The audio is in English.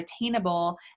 attainable